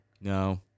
No